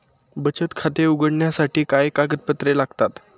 बचत खाते उघडण्यासाठी काय कागदपत्रे लागतात?